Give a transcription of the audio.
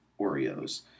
Oreos